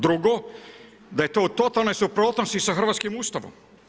Drugo, da je to u totalnoj suprotnosti sa hrvatskim Ustavom.